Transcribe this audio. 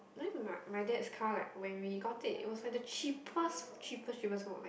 then my my dad's car like when we got it it was when the cheapest cheapest one like